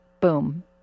boom